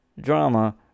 drama